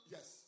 Yes